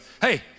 hey